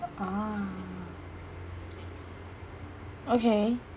ah okay